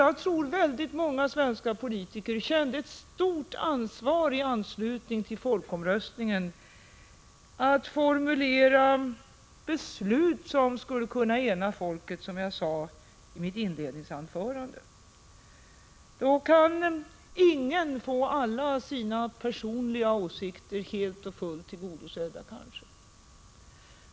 Jag tror att väldigt många svenska politiker kände ett stort ansvar i anslutning till folkomröstningen när det gällde att formulera beslut som skulle kunna ena folket, som jag sade i mitt inledningsanförande. Då kan kanske ingen få alla sina personliga åsikter helt och hållet tillgodosedda.